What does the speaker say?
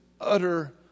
utter